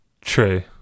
True